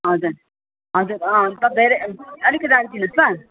हजुर हजुर अन्त धेरै अलिक राखिदिनु होस् ल